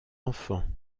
enfants